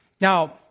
Now